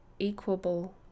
equable